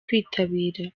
kwitabira